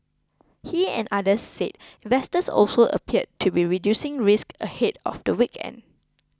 he and others said investors also appeared to be reducing risk ahead of the weekend